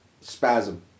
spasm